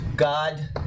God